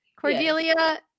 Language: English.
Cordelia